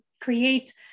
create